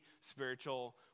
spiritual